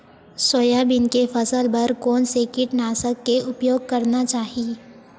Soybean के फसल बर कोन से कीटनाशक के उपयोग करना चाहि?